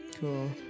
Cool